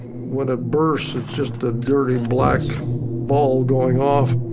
when it bursts, it's just a dirty black ball going off.